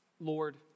Lord